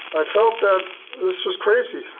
i felt that this was crazy,